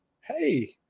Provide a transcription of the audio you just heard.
hey